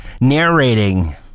narrating